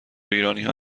ایرانیها